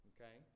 Okay